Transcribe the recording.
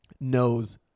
knows